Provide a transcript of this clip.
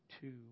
two